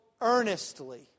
earnestly